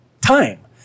time